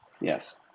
Yes